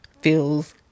Feels